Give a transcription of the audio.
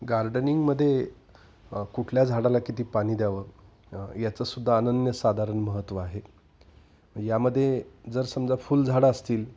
गार्डनिंगमध्ये कुठल्या झाडाला किती पाणी द्यावं याचं सुद्धा आनन्य साधारण महत्त्व आहे यामध्ये जर समजा फुलझाडं असतील